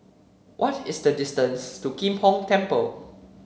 what is the distance to Kim Hong Temple